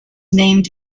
named